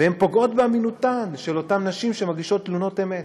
והן פוגעות באמינותן של אותן נשים שמגישות תלונות אמת.